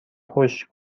خوش